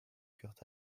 kurt